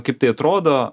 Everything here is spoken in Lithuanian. kaip tai atrodo